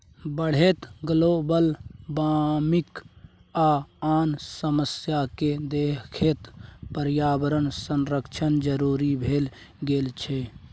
बढ़ैत global warming आ आन समस्या केँ देखैत पर्यावरण संरक्षण जरुरी भए गेल छै